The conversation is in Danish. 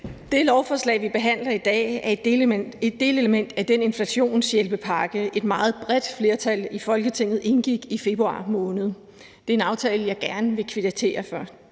Det lovforslag, vi behandler i dag, er et delelement af den inflationshjælpepakke, et meget bredt flertal i Folketinget indgik i februar måned. Det er en aftale, jeg gerne vil kvittere for.